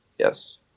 Yes